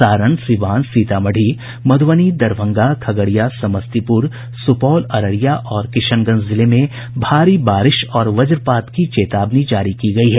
सारण सीवान सीतामढ़ी मध्रबनी दरभंगा खगड़िया समस्तीपुर सुपौल अररिया और किशनगंज जिले में भारी बारिश और वज्रपात की चेतावनी जारी की गयी है